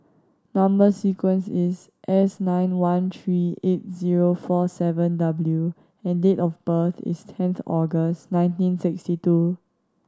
number sequence is S nine one three eight zero four seven W and date of birth is tenth August nineteen sixty two